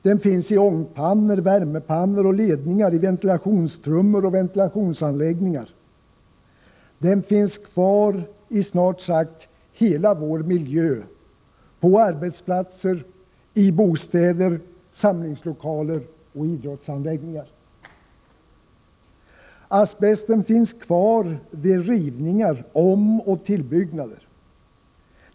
Den finns i ångpannor, värmepannor och ledningar, i ventilationstrummor och ventilationsanläggningar. Den finns kvar i snart sagt hela vår miljö — på arbetsplatser, i bostäder, samlingslokaler och idrottsanläggningar. Asbesten finns kvar vid rivningar, omoch tillbyggnader.